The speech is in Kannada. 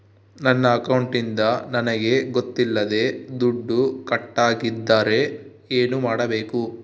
ನನ್ನ ಅಕೌಂಟಿಂದ ನನಗೆ ಗೊತ್ತಿಲ್ಲದೆ ದುಡ್ಡು ಕಟ್ಟಾಗಿದ್ದರೆ ಏನು ಮಾಡಬೇಕು?